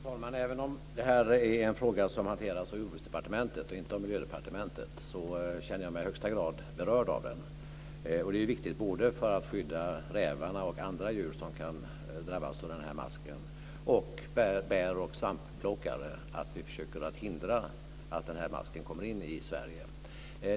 Fru talman! Även om detta är en fråga som hanteras av Jordbruksdepartementet och inte av Miljödepartementet känner jag mig i högsta grad berörd av den. Det är viktigt, både för att skydda rävarna och andra djur som kan drabbas av denna mask och för att skydda bär och svampplockare, att vi försöker förhindra att denna mask kommer in i Sverige.